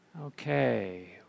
Okay